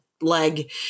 leg